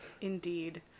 Indeed